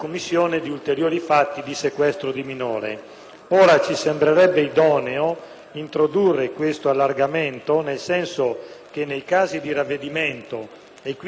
Ci sembrerebbe idoneo introdurre un allargamento nel senso che, nei casi di ravvedimento e quindi di concreto aiuto da parte della persona